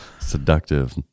Seductive